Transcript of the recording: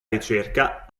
ricerca